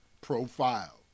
profile